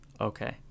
Okay